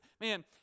man